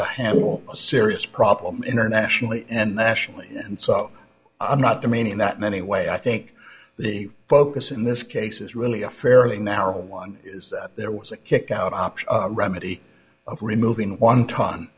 to handle a serious problem internationally and nationally and so i'm not demeaning that many way i think the focus in this case is really a fairly narrow one there was a kick out option remedy of removing one